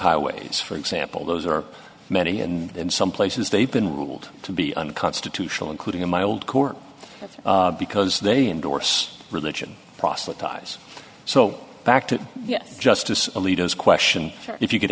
highways for example those are many and in some places they've been ruled to be unconstitutional including in my old court because they endorse religion proselytize so back to the justice leaders question if you could